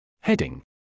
Heading